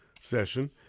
session